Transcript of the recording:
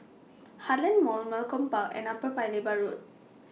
Heartland Mall Malcolm Park and Upper Paya Lebar Road